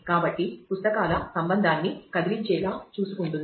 కాబట్టి పుస్తకాల సంబంధాన్ని కదిలించేలా చూసుకుంటుంది